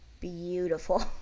beautiful